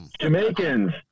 Jamaicans